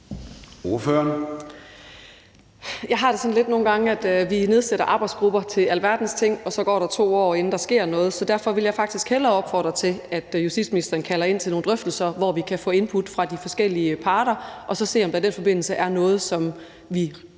Jeg har det nogle gange sådan lidt, at vi nedsætter arbejdsgrupper til alverdens ting, og så går der 2 år, inden der sker noget. Derfor vil jeg faktisk hellere opfordre til, at justitsministeren kalder ind til nogle drøftelser, hvor vi kan få input fra de forskellige parter og så se, om der i den forbindelse er noget, som vi